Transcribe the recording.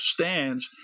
stands